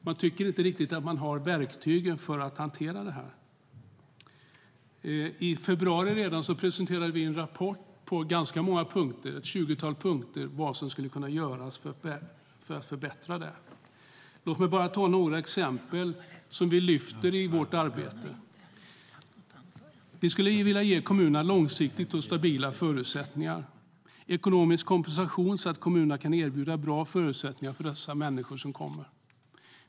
Man tycker inte riktigt att man har verktygen för att hantera det här. Redan i februari presenterade vi en rapport med ganska många punkter, ett tjugotal punkter, på vad som skulle kunna göras för att förbättra detta. Låt mig nämna några exempel som vi lyfter i vårt arbete. Vi skulle vilja ge kommunerna långsiktiga och stabila förutsättningar och ekonomisk kompensation så att kommunerna kan erbjuda bra förutsättningar för de människor som kommer.